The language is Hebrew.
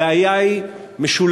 הבעיה היא משולשת.